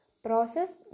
Process